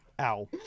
Ow